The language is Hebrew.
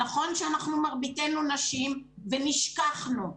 נכון שמרביתנו נשים, ונשכחנו,